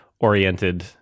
oriented